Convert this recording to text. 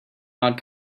not